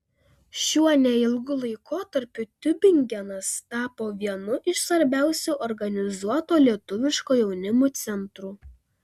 šiuo neilgu laikotarpiu tiubingenas tapo vienu iš svarbiausių organizuoto lietuviško jaunimo centrų